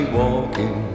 walking